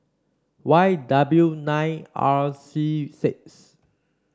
Y W nine R C six